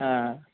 ఆ